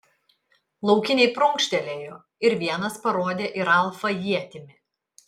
laukiniai prunkštelėjo ir vienas parodė į ralfą ietimi